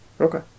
Okay